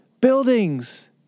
buildings